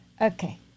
Okay